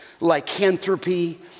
lycanthropy